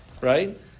right